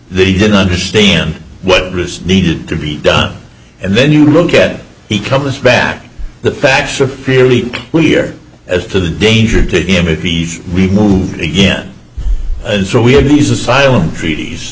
that he didn't understand what was needed to be done and then you look at he comes back the facts are fairly clear as to the danger to him if he's removed again and so we have these asylum treaties